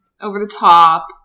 over-the-top